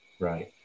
Right